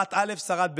שרת א', שרת ב',